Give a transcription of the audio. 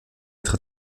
être